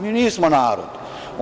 Mi nismo narod.